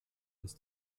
ist